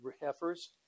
heifers